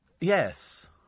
Yes